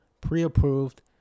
pre-approved